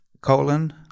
colon